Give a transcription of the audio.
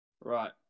Right